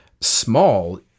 small